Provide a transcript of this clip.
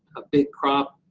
a big crop.